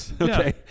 Okay